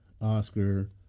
Oscar